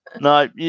No